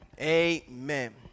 Amen